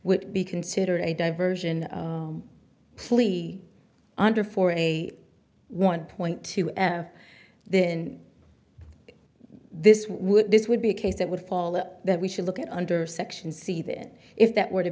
would be considered a diversion plea under for a one point two then this would this would be a case that would fall that we should look at under section see that if that were to